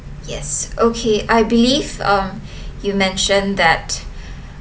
yes okay I believe um you mentioned that